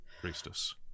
Priestess